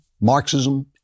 Marxism